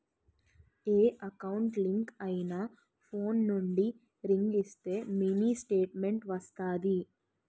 ఏ account link అయినా phone నుండి ring ఇస్తే మినీ స్టేట్మెంట్ వస్తాది